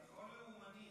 ביטחון לאומני.